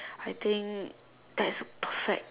I think that's perfect